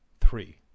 Three